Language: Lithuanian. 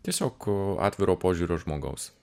tiesiog atviro požiūrio žmogaus